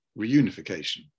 reunification